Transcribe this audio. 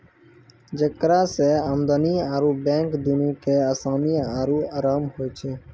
जेकरा से आदमी आरु बैंक दुनू के असानी आरु अराम होय छै